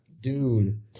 Dude